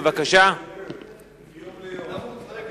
הצעה לסדר-היום שמספרה 1527,